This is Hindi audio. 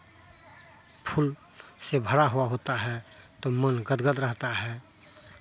फूल से भरा हुआ होता है तो मन गदगद रहता है